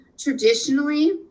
traditionally